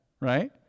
right